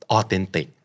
Authentic